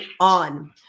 on